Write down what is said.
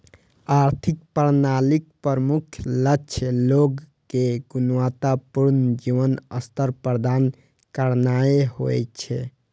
आर्थिक प्रणालीक प्रमुख लक्ष्य लोग कें गुणवत्ता पूर्ण जीवन स्तर प्रदान करनाय होइ छै